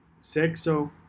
sexo